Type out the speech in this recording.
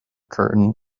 curtain